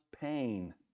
pain